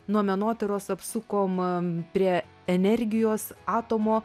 nuo menotyros apsukom prie energijos atomo